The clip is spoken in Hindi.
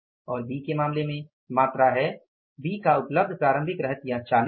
और बी के मामले में मात्रा है बी का उपलब्ध प्रारंभिक रहतिया 40 है